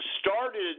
started